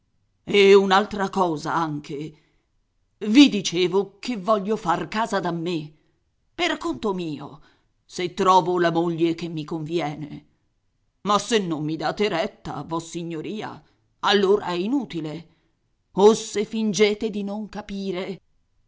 e un'altra cosa anche i dicevo che voglio far casa da me per conto mio se trovo la moglie che mi conviene ma se non mi date retta vossignoria allora è inutile o se fingete di non capire